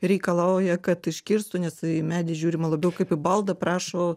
reikalauja kad iškirstų nes į medį žiūrima labiau kaip į baldą prašo